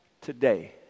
today